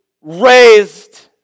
raised